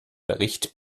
bericht